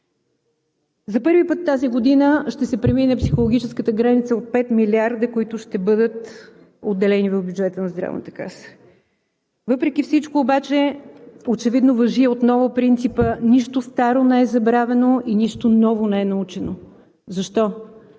За първи път тази година ще се премине психологическата граница от 5 милиарда, които ще бъдат отделени в бюджета на Здравната каса. Въпреки всичко обаче очевидно важи отново принципа „Нищо старо не е забравено и нищо ново не е научено.“ Защо?